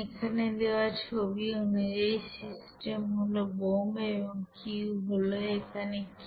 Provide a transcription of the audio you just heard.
এখানে দেওয়া ছবি অনুযায়ী সিস্টেম হল বোম্ব এবং Q হল এখানে Q